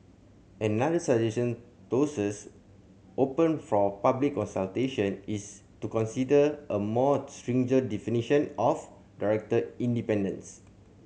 another suggestion tosses open for public consultation is to consider a more stringent definition of director independence